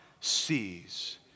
sees